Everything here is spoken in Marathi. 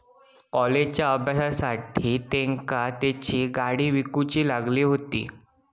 कॉलेजच्या अभ्यासासाठी तेंका तेंची गाडी विकूची लागली हुती